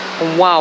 Wow